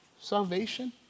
Salvation